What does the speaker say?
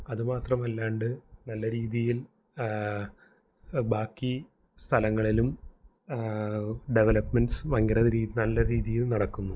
അതുമാത്രമല്ലാണ്ട് നല്ല രീതിയിൽ ബാക്കി സ്ഥലങ്ങളിലും ഡെവലപ്പ്മെൻറ്റ്സ് ഭയങ്കര രീ നല്ല രീതിയിൽ നടക്കുന്നു